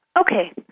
Okay